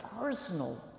personal